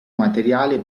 materiale